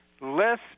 less